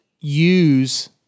use